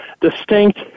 distinct